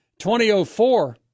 2004